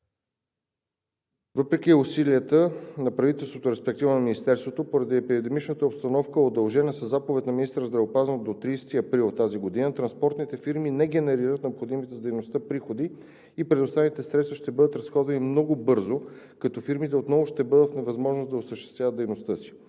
Въпреки усилията на правителството, респективно на Министерството, противоепидемичната обстановка е удължена със заповед на министъра на здравеопазването до 30 април тази година. Транспортните фирми не генерират необходимите за дейността приходи и предоставените средства ще бъдат разходени много бързо, като фирмите отново ще бъдат в невъзможност да осъществяват дейността си.